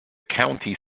county